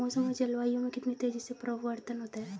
मौसम और जलवायु में कितनी तेजी से परिवर्तन होता है?